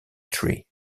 tree